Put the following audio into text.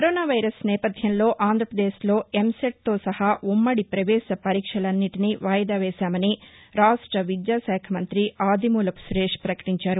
corona virus వ్యాప్తి నేపథ్యంలో ఆంధ్రప్రదేశ్లో ఎంసెట్తో సహా ఉమ్మడి ప్రవేశ పరీక్షలన్నింటినీ వాయిదా వేశామని రాష్ట విద్యాశాఖ మంత్రి ఆదిమూలపు సురేష్ పకటించారు